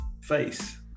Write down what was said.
face